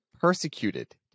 persecuted